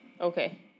Okay